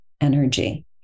energy